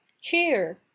cheer